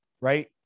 right